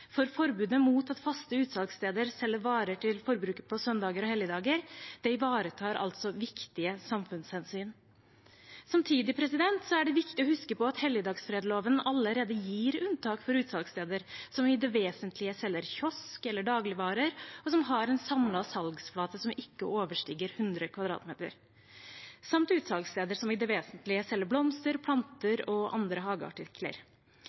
Forbudet mot at faste utsalgssteder selger varer til forbruker på søndager og helligdager, ivaretar viktige samfunnshensyn. Samtidig er det viktig å huske på at helligdagsfredloven allerede gir unntak for utsalgssteder som i det vesentlige selger kiosk- eller dagligvarer, og som har en samlet salgsflate som ikke overstiger 100 m 2 , samt utsalgssteder som i det vesentlige selger blomster, planter og andre hageartikler.